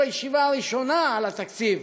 בישיבה הראשונה על התקציב,